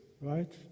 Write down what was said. right